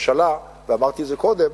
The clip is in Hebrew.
ואמרתי את זה קודם,